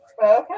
okay